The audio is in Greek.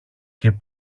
και